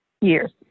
Years